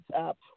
up